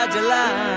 July